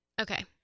Okay